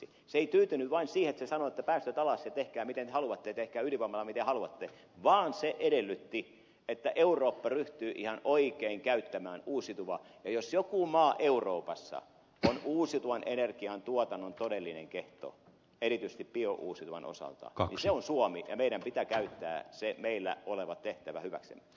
se ei tyytynyt vain siihen että se sanoo että päästöt alas ja tehkää miten haluatte tehkää ydinvoimalla miten haluatte vaan se edellytti että eurooppa ryhtyy ihan oikeasti käyttämään uusiutuvaa ja jos jokin maa euroopassa on uusiutuvan energian tuotannon todellinen kehto erityisesti biouusiutuvan osalta se on suomi ja meidän pitää käyttää se meillä oleva tehtävä hyväksemme